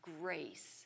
grace